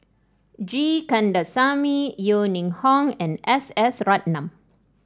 G Kandasamy Yeo Ning Hong and S S Ratnam